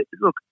look